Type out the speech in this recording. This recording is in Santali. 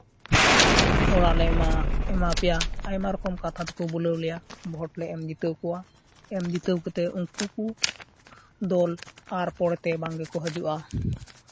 ᱚᱲᱟᱜ ᱞᱮ ᱮᱢᱟ ᱮᱢᱟᱯᱮᱭᱟ ᱟᱭᱢᱟ ᱨᱚᱠᱚᱢ ᱠᱟᱛᱷᱟ ᱛᱮᱠᱚ ᱵᱩᱞᱟᱹᱣ ᱞᱮᱭᱟ ᱵᱷᱳᱴ ᱞᱮ ᱮᱢ ᱡᱤᱛᱟᱹᱣ ᱠᱚᱣᱟ ᱮᱢ ᱡᱤᱛᱟᱹᱣ ᱠᱟᱛᱮ ᱩᱱᱠᱩ ᱠᱩ ᱫᱚᱞ ᱟᱨ ᱯᱚᱨᱮ ᱛᱮ ᱵᱟᱝ ᱜᱮᱠᱚ ᱦᱟᱹᱡᱩᱜᱼᱟ